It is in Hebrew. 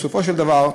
בסופו של דבר,